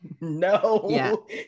no